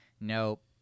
Nope